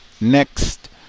next